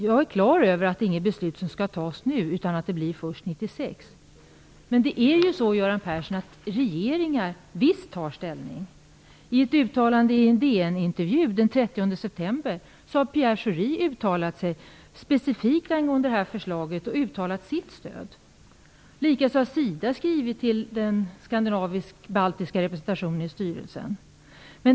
Jag är klar över att inget beslut skall fattas nu, utan att det blir först 1996. Men det är ju så, Göran Persson, att regeringar visst tar ställning. I ett uttalande i en DN-intervju den 30 september har Pierre Schori uttalat sig specifikt angående det här förslaget och uttalat sitt stöd. Likaså har SIDA skrivit till den skandinavisk-baltiska representationen i styrelsen.